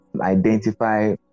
identify